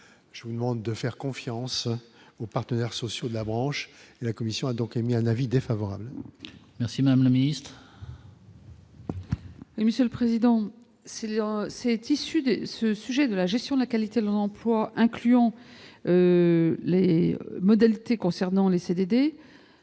je vous demande de faire confiance aux partenaires sociaux de la branche, la commission a donc émis un avis défavorable. Merci, Madame le Ministre. Et Monsieur le Président, Sylvain c'est issu de ce sujet de la gestion de la qualité de l'emploi, incluant les modalités concernant les CDD